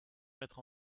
m’être